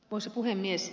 arvoisa puhemies